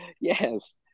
Yes